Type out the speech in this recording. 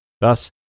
Thus